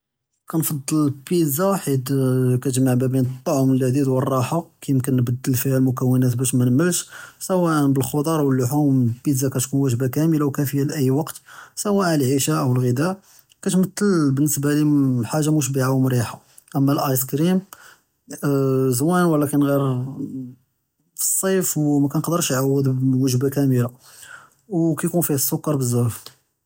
כּנפצל אלביצה חית כתג’מע בין א-טעם אלע’דיד ואלרוחה, ימקין נבדל פיהא אלמוקונאת באש מןמלמש, סוואא ב’לחקדר ואללחום, ביצה כתכון וג’בה כמלה וכאפה לאיי וקט סוואא פי אלעשא או אלגעדה, כתמתל חאג׳ה משבּעה ומרחיה, אמא אלאסקרים זוין ולקין ג’יר פי צייף ומייקדרש יעוז אלוג’בה כמלה, זוין ולקין פיוה א-סוכר בזאף.